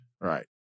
right